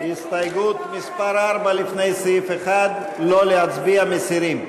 הסתייגות מס' 3 לפני סעיף 1: בעד,